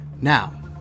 Now